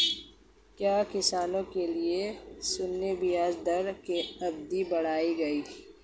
क्या किसानों के लिए शून्य ब्याज दर की अवधि बढ़ाई गई?